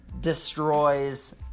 destroys